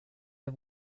der